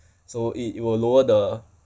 so it will lower the